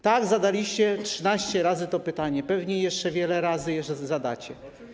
Tak, zadaliście 13 razy to pytanie, pewnie jeszcze wiele razy je zadacie.